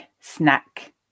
snack